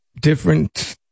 different